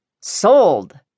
Sold